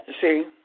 See